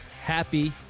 happy